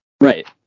Right